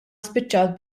spiċċat